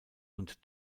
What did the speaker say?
und